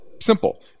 Simple